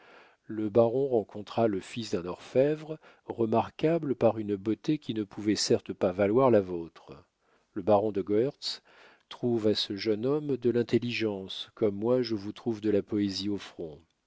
le baron rencontra le fils d'un orfèvre remarquable par une beauté qui ne pouvait certes pas valoir la vôtre le baron de goërtz trouve à ce jeune homme de l'intelligence comme moi je vous trouve de la poésie au front